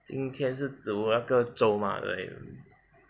今天是煮那个粥嘛